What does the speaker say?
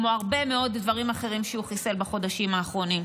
כמו הרבה מאוד דברים אחרים שהוא חיסל בחודשים האחרונים.